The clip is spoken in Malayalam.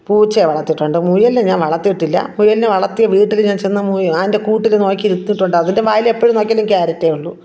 പൂച്ചയെ വളർത്തിയിട്ടുണ്ട് മുയലിനെ ഞാൻ വളർത്തിയിട്ടില്ല മുയലിനെ വളർത്തിയ വീട്ടിൽ ഞാൻ ചെന്നു മു അതിൻ്റെ കൂട്ടിൽ നോക്കി എടുത്തിട്ടുണ്ട് അതിൻ്റെ വായിൽ എപ്പോഴും നോക്കിയാലും ക്യാരറ്റേ ഉള്ളൂ